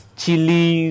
chili